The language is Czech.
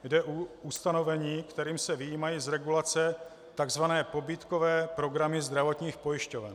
Jde o ustanovení, kterým se vyjímají z regulace takzvané pobídkové programy zdravotních pojišťoven.